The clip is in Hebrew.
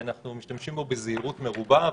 אנחנו משתמשים בו בזהירות מרובה,